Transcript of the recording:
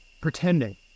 pretending